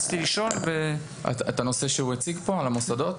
את הנושא שהוא הציג פה על המוסדות.